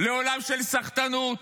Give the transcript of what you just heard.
לעולם של סחטנות,